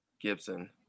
gibson